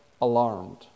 alarmed